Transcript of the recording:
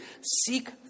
Seek